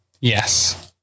Yes